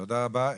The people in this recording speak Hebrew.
תודה רבה.